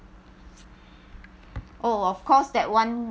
oh of course that [one]